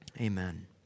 Amen